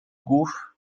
głów